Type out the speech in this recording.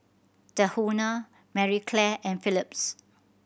Tahuna Marie Claire and Philips